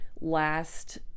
last